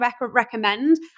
recommend